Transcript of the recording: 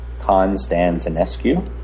Constantinescu